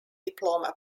diploma